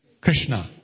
Krishna